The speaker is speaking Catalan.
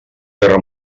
guerra